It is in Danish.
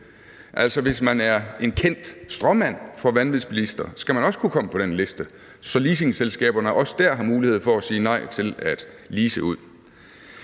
altså, hvis man er en kendt stråmand for vanvidsbilister, skal man også kunne komme på den liste, så leasingselskaberne også der har mulighed for at sige nej til at lease ud.